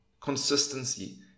Consistency